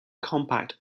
compact